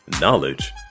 knowledge